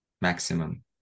maximum